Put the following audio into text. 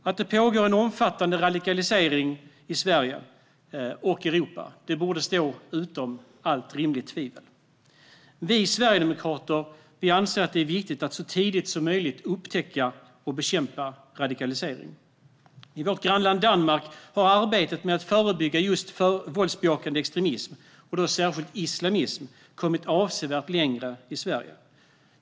Att det pågår en omfattade radikalisering i Sverige och Europa borde stå utom allt rimligt tvivel. Vi sverigedemokrater anser att det är viktigt att så tidigt som möjligt upptäcka och bekämpa radikalisering. I vårt grannland Danmark har arbetet med att förebygga våldsbejakande extremism - och då särskilt islamism - kommit avsevärt längre än i Sverige.